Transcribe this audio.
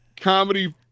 comedy